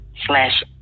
slash